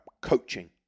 coaching